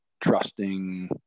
trusting